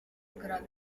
gral